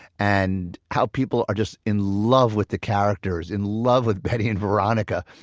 and how people are just in love with the characters, in love with betty and veronica,